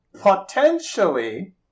potentially